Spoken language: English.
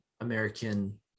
American